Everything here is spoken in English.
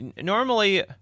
normally